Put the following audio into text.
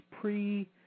pre-